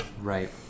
Right